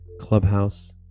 Clubhouse